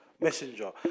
messenger